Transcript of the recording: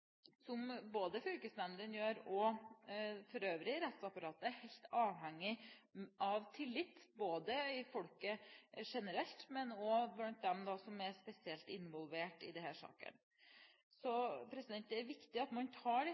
saksbehandling. Både fylkesnemndene og rettsapparatet for øvrig er helt avhengige av tillit – blant folk generelt og spesielt blant dem som er involvert i disse sakene. Selv om man ikke er enig i forslaget fra Fremskrittspartiet, er det viktig at man tar